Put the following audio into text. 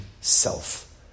self